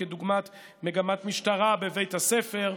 כדוגמת מגמת משטרה בבית הספר.